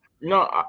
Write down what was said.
No